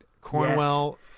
Cornwell